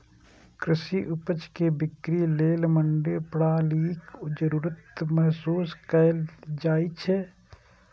कृषि उपज के बिक्री लेल मंडी प्रणालीक जरूरत महसूस कैल जाइ छै